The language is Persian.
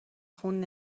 خون